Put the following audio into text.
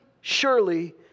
surely